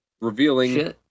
Revealing